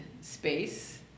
space